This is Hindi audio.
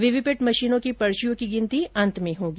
वीवीपैट मशीनों की पर्चियों की गिनती अंत में होगी